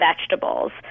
vegetables